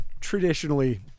traditionally